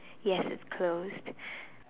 yes close